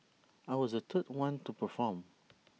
I was the third one to perform